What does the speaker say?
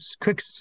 quick